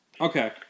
okay